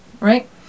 right